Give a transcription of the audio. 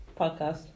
podcast